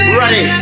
ready